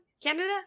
Canada